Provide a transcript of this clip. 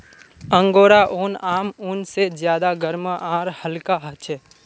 angora ऊन आम ऊन से ज्यादा गर्म आर हल्का ह छे